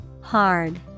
hard